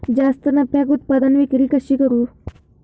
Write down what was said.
जास्त नफ्याक उत्पादन विक्री कशी करू?